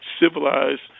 civilized